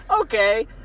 okay